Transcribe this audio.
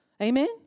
Amen